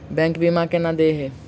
Bank बीमा केना देय है?